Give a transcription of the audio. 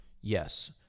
yes